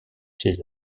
ces